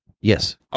yes